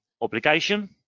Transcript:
obligation